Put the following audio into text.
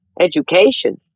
Education